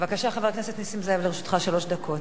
בבקשה, חבר הכנסת נסים זאב, לרשותך שלוש דקות.